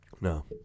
No